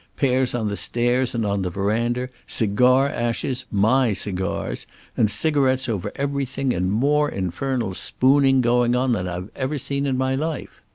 pairs on the stairs and on the verandah, cigar-ashes my cigars and cigarettes over everything, and more infernal spooning going on than i've ever seen in my life.